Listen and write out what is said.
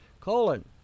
colon